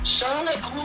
Charlotte